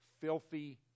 filthy